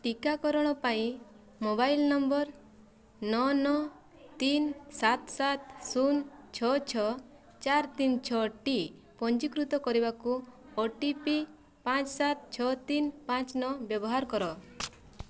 ଟିକାକରଣ ପାଇଁ mobile number ନଅ ନଅ ତିନି ସାତ ସାତ ଶୂନ ଛଅ ଛଅ ଚାରି ତିନି ଛଅଟି ପଞ୍ଜୀକୃତ କରିବାକୁ ଓ ଟି ପି ପାଞ୍ଚ ସାତ ଛଅ ତିନି ପାଞ୍ଚ ନଅ ବ୍ୟବହାର କର